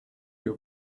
you